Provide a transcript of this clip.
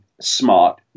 smart